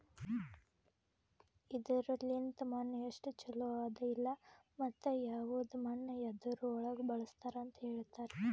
ಇದುರ್ ಲಿಂತ್ ಮಣ್ಣು ಎಸ್ಟು ಛಲೋ ಅದ ಇಲ್ಲಾ ಮತ್ತ ಯವದ್ ಮಣ್ಣ ಯದುರ್ ಒಳಗ್ ಬಳಸ್ತಾರ್ ಅಂತ್ ಹೇಳ್ತಾರ್